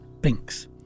Binks